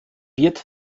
wird